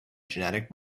genetic